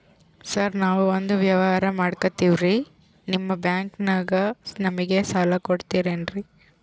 Sir ನಾವು ಒಂದು ವ್ಯವಹಾರ ಮಾಡಕ್ತಿವಿ ನಿಮ್ಮ ಬ್ಯಾಂಕನಾಗ ನಮಿಗೆ ಸಾಲ ಕೊಡ್ತಿರೇನ್ರಿ?